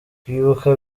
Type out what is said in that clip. kwibuka